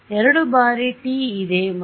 ಆದ್ದರಿಂದ ಎರಡು ಬಾರಿ ಟಿ ಇದೆ ಮತ್ತು